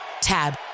TAB